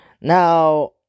now